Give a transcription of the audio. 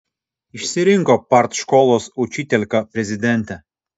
išsirinko partškolos učitielka prezidentę